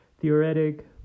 Theoretic